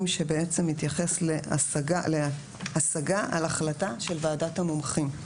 שמתייחס להסגה על החלטה של ועדת המומחים,